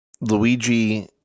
Luigi